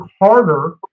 harder